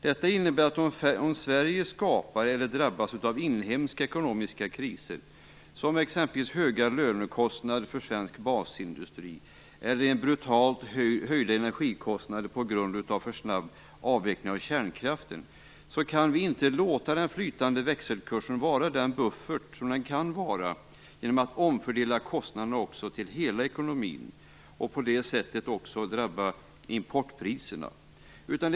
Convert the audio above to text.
Detta innebär att om Sverige skapar eller drabbas av inhemska ekonomiska kriser, som exempelvis höga lönekostnader för svensk basindustri eller brutalt höjda energikostnader på grund av en för snabb avveckling av kärnkraften, kan vi inte låta en flytande växelkurs vara den buffert den kan vara genom att vi omfördelar kostnaderna till hela ekonomin och på det sättet också låter importpriserna drabbas.